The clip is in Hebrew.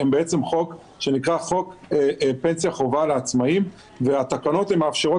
הן בעצם חוק שנקרא חוק פנסיה חובה לעצמאים והתקנות מאפשרות,